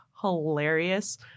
hilarious